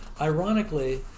Ironically